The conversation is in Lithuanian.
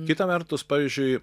kita vertus pavyzdžiui